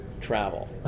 travel